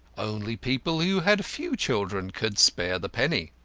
only people who had few children could spare the penny.